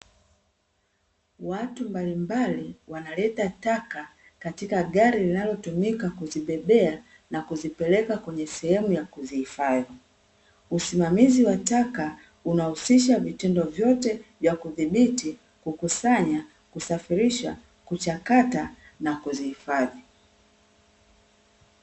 Watu mbalimbali wanaleta taka katika gari linalo tumika kuzibebea nakuzipeleka kwenye sehemu ya kuzihifadhi. Usimamizi wa taka unahusisha vitendo vyote vyakudhibiti, kukusanya, kusafirisha, kuchakata na kuzihifadhi.